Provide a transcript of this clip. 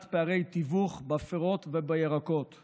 (קוראת בשמות חברי הכנסת)